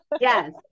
Yes